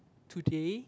today